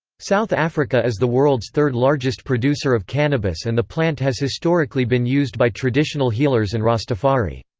south africa is the world's third largest producer of cannabis and the plant has historically been used by traditional healers and rastafari.